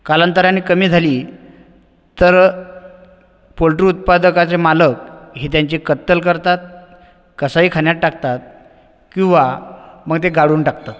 कालातंराने कमी झाली तर पोल्ट्री उत्पादकाचे मालक ही त्यांची कत्तल करतात कसाई खाण्यात टाकतात किंवा मधे गाडून टाकतात